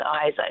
eyes